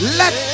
let